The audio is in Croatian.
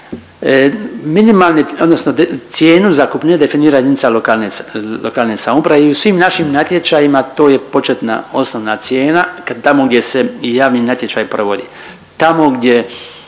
cijenu zakupnine definira jedinica lokalne samouprave i u svim našim natječajima to je početna osnovna cijena kad tamo gdje se i javni natječaj provodi. Tamo gdje